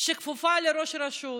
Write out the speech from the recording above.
שכפופה לראש הרשות,